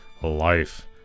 Life